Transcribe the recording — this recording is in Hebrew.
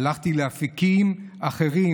הלכתי לאפיקים אחרים,